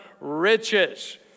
riches